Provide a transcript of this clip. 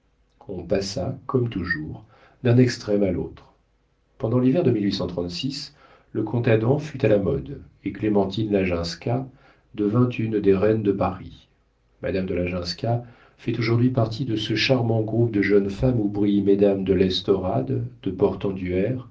on passa comme toujours d'un extrême à l'autre pendant l'hiver de le comte adam fut à la mode et clémentine laginska devint une des reines de paris madame de laginska fait aujourd'hui partie de ce charmant groupe de jeunes femmes où brillent mesdames de l'estorade de portenduère